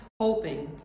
hoping